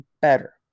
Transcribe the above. better